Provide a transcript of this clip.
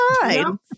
fine